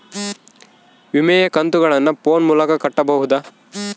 ವಿಮೆಯ ಕಂತುಗಳನ್ನ ಫೋನ್ ಮೂಲಕ ಕಟ್ಟಬಹುದಾ?